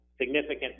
significant